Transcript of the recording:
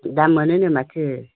दा मोनोनो माथो